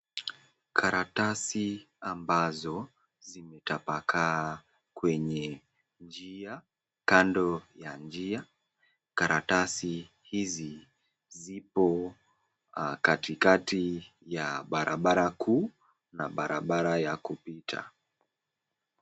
Karatasi ambazo zimetapakaa kwenye njia kano ya njia karatasi hizi zipo katikati ya barabara kuu na barabara ya kupita.